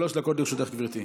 שלוש דקות לרשותך, גברתי.